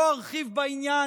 לא ארחיב בעניין,